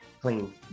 Clean